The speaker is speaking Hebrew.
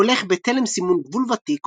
הוא הולך בתלם סימון גבול ותיק,